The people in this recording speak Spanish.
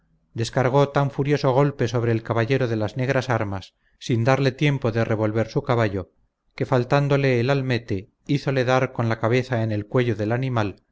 descargó tan furioso golpe sobre el caballero de las negras armas sin darle tiempo de revolver su caballo que faltándole el almete hízole dar con la cabeza en el cuello del animal